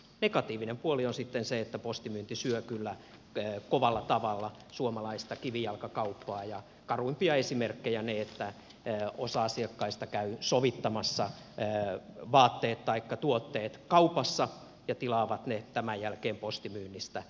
negatiivinen puoli on sitten se että postimyynti syö kyllä kovalla tavalla suomalaista kivijalkakauppaa ja karuimpia esimerkkejä ovat ne että osa asiakkaista käy sovittamassa vaatteet taikka tuotteet kaupassa ja tilaa ne tämän jälkeen postimyynnistä